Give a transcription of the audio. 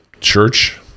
church